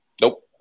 Nope